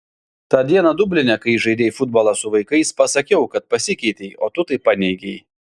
tą dieną dubline kai žaidei futbolą su vaikais pasakiau kad pasikeitei o tu tai paneigei